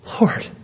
Lord